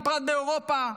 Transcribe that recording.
ובפרט באירופה,